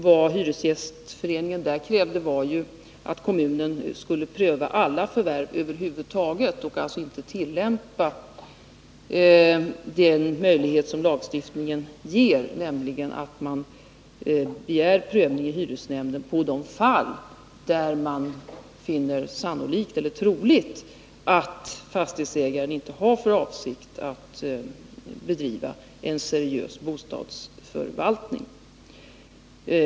Vad hyresgästföreningen där krävde var att kommunen skulle pröva alla förvärv över huvud taget och alltså inte använda den möjlighet som lagstiftningen ger, nämligen att man begär prövning i hyresnämnden i de fall där man finner det troligt att fastighetsägaren inte har för avsikt att bedriva en seriös bostadsförvaltning.